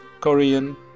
Korean